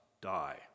die